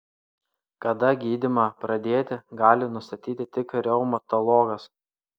kada gydymą pradėti gali nustatyti tik reumatologas